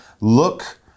look